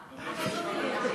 אבל אין הרבה.